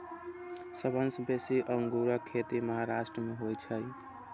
सबसं बेसी अंगूरक खेती महाराष्ट्र मे होइ छै